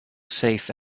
safe